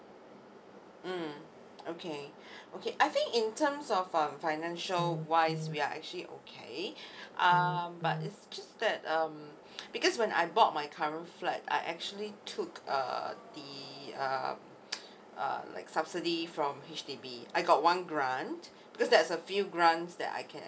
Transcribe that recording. mm okay okay I think in terms of um financial wise we are actually okay um but it's just that um because when I bought my current flat I actually took uh the uh uh like subsidy from H_D_B I got one grant because there's a few grants that I can